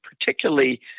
particularly